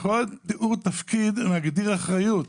בכל תיאור תפקיד נגדיר אחריות